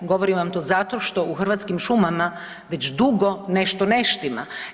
Govorim vam zato što u Hrvatskim šumama već dugo nešto ne štima.